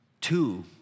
two